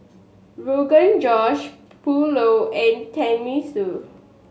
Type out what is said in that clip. Rogan Josh Pulao and Tenmusu